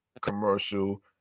commercial